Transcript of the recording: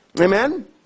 Amen